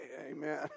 Amen